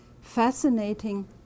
fascinating